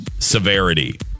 Severity